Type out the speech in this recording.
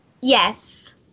Yes